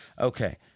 Okay